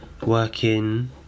working